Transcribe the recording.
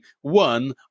one